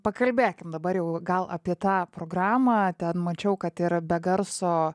pakalbėkim dabar jau gal apie tą programą ten mačiau kad yra be garso